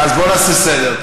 בואו ונעשה סדר.